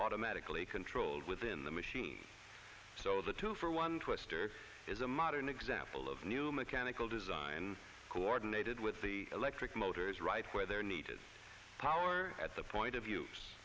automatically controlled within the machine so the two for one twister is a modern example of new mechanical design coordinated with the electric motors right where they are needed power at the point of view